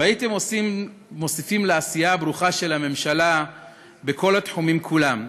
הייתם מוסיפים לעשייה הברוכה של הממשלה בכל התחומים כולם,